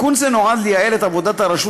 תיקון זה נועד לייעל את עבודת הרשות